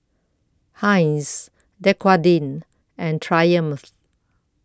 Heinz Dequadin and Triumph